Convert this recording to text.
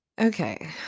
Okay